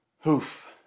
hoof